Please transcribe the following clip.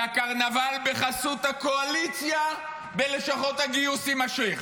והקרנבל בחסות הקואליציה בלשכות הגיוס יימשך.